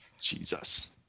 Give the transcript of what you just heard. Jesus